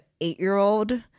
eight-year-old